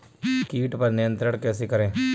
कीट पर नियंत्रण कैसे करें?